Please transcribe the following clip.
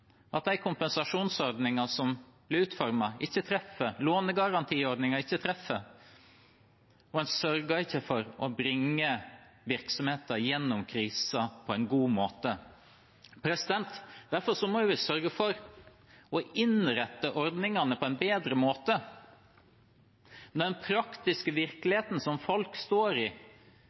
at de kompensasjonsordningene som ble utformet, ikke treffer, og at lånegarantiordningen ikke treffer. En sørger ikke for å bringe virksomheter gjennom krisen på en god måte. Derfor må vi sørge for å innrette ordningene på en bedre måte. Når den praktiske virkeligheten som folk står i,